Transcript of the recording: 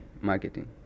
marketing